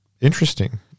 interesting